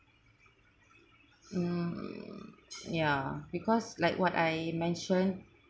mm ya because like what I mentioned